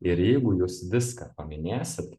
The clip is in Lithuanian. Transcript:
ir jeigu jūs viską paminėsit